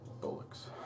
Bullocks